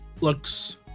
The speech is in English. looks